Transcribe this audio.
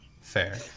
fair